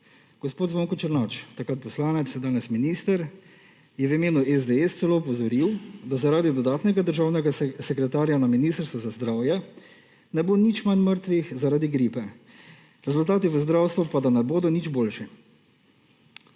Gospod Zvonko Černač, takrat poslanec, danes minister, je v imenu SDS celo opozoril, da zaradi dodatnega državnega sekretarja na Ministrstvu za zdravje ne bo nič manj mrtvih zaradi gripe, rezultati v zdravstvu pa, da ne bodo nič boljši.